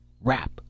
Rap